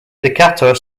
decatur